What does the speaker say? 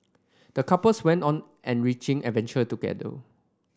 the couples went on an enriching adventure together